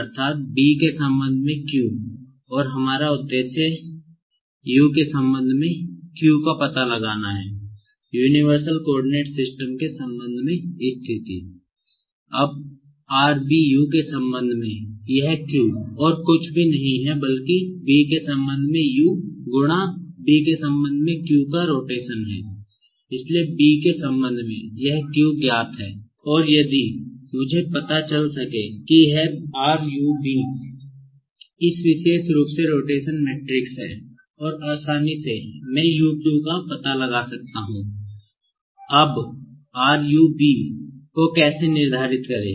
अब के संबंध में यह Q और कुछ नहीं है बल्कि B के संबंध में U गुणा B के संबंध में Q का रोटेशन है इसलिए B के संबंध में यह विशेष Q ज्ञात है और यदि मुझे पता चल सके तो यह विशेष रूप से रोटेशन मैट्रिक्स है बहुत आसानी से मैं UQ पता कर सकता हूँ अब को कैसे निर्धारित करें